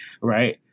right